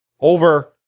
over